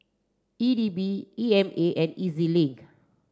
E D B E M A and E Z Link